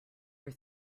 your